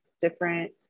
different